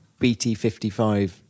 BT55